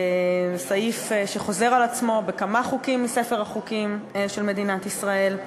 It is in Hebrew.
סעיף שחוזר על עצמו בכמה חוקים בספר החוקים של מדינת ישראל.